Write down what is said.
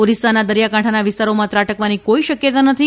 ઓરિસ્સાના દરિયાકાંઠાના વિસ્તારોમાં ત્રાટકવાની કોઇ શકયતા નથી